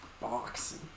Boxing